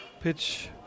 Pitch